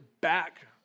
back